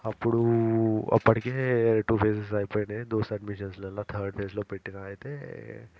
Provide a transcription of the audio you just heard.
అప్పుడూ అప్పటికే two phases అయిపోయాయి దోస్ అడ్మిషన్స్లలో థర్డ్ ఫేజ్లో పెట్టాను అయితే